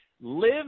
live